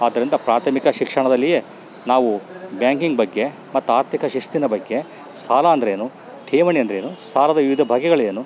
ಆದ್ದರಿಂದ ಪ್ರಾಥಮಿಕ ಶಿಕ್ಷಣದಲ್ಲಿಯೇ ನಾವು ಬ್ಯಾಂಕಿಂಗ್ ಬಗ್ಗೆ ಮತ್ತು ಆರ್ಥಿಕ ಶಿಸ್ತಿನ ಬಗ್ಗೆ ಸಾಲ ಅಂದರೆ ಏನು ಠೇವಣಿ ಅಂದರೇನು ಸಾಲದ ವಿವಿಧ ಬಗೆಗಳೇನು